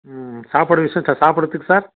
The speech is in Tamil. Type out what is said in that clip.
ம் சாப்பாடு விஷயம் இது சாப்பிட்றதுக்கு சார்